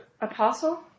apostle